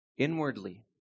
Inwardly